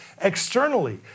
externally